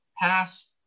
pass